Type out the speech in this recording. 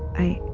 i